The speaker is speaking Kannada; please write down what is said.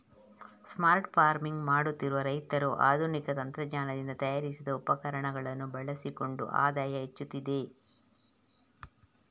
ಸ್ಮಾರ್ಟ್ ಫಾರ್ಮಿಂಗ್ ಮಾಡುತ್ತಿರುವ ರೈತರು ಆಧುನಿಕ ತಂತ್ರಜ್ಞಾನದಿಂದ ತಯಾರಿಸಿದ ಉಪಕರಣಗಳನ್ನು ಬಳಸಿಕೊಂಡು ಆದಾಯ ಹೆಚ್ಚುತ್ತಿದೆ